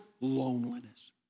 loneliness